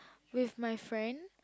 with my friends